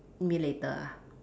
mean later ah